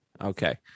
Okay